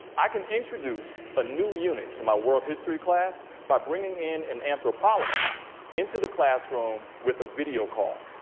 i can introduce a new unit to my world history class by bringing in an anthropologist into the classroom with a video call.